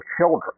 children